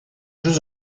jeux